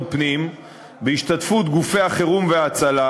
פנים בהשתתפות גופי החירום וההצלה,